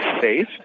safe